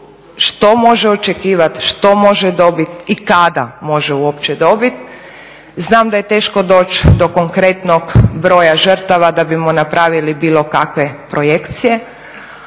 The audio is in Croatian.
što može očekivati, što može dobiti i kada može uopće dobiti. Znam da je teško doći do konkretnog broja žrtava da bimo napravili bilo kakve projekcije.